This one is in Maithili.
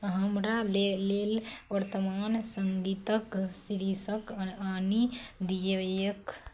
हमरा लेल लेल वर्तमान सङ्गीतके शीर्षक आनि दिअऽ